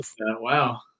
wow